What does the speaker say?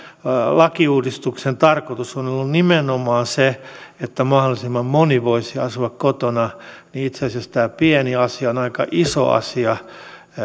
lakiuudistuksen tarkoitus on ollut nimenomaan se että mahdollisimman moni voisi asua kotona niin itse asiassa tämä pieni asia on aika iso asia